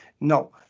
No